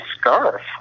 scarf